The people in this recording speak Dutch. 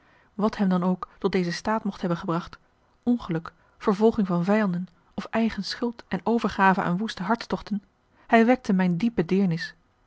wat hem dan ook tot dezen staat mocht hebben gebracht ongeluk vervolging van vijanden of eigen schuld en overgave aan woeste hartstochten hij wekte mijne diepe deernis